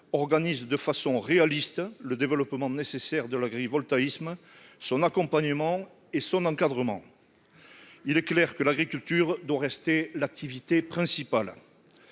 organise de façon réaliste le développement nécessaire de l'agrivoltaïsme, son accompagnement et son encadrement. Il est clair que l'agriculture doit rester l'activité principale.